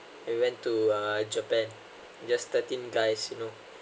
we went to uh japan just thirteen guys you know